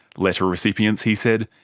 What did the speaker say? letter recipients, he said,